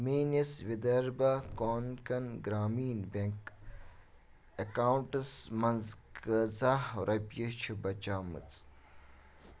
میٲنِس Vidarbha Konkan Gramin bank accounts منٛز کۭژاہ رۄپیہِ چھِ بچیمٕژ